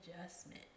adjustment